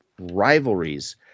rivalries